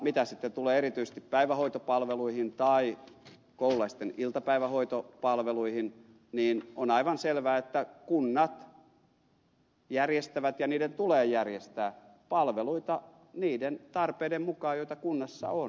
mitä sitten tulee erityisesti päivähoitopalveluihin tai koululaisten iltapäivähoitopalveluihin niin on aivan selvää että kunnat järjestävät ja niiden tulee järjestää palveluita niiden tarpeiden mukaan joita kunnassa on